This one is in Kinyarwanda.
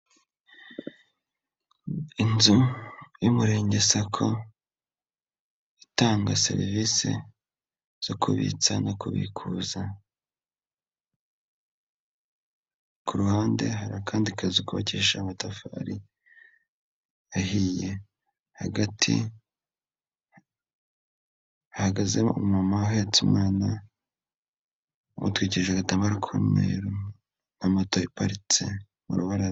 Inzu y'umurenge sacco itanga serivisi zo kubitsa no kubikuza, ku ruhande hari akandi kazu kokesha amatafari ahiye, hagati hagaze umumama ahetse umwana amutwikirije agatambaro kumweru, na moto iparitse mu rubaraza.